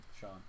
sean